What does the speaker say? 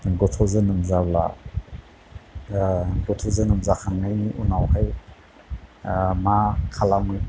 गथ' जोनोम जाब्ला गथ' जोनोम जाखांनायनि उनावहाय मा खालामो